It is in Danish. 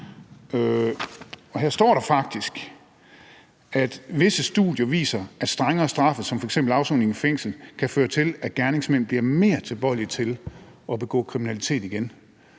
og her står der faktisk, at visse studier viser, at strengere straffe som f.eks. afsoning i fængsel kan føre til, at gerningsmænd bliver mere tilbøjelige til at begå kriminalitet igen.